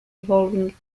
involving